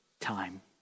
time